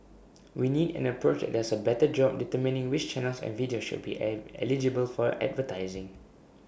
we need an approach that does A better job determining which channels and videos should be able eligible for advertising